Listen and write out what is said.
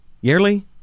Yearly